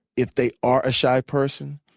if they are a shy person,